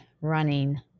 running